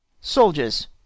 soldiers